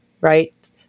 right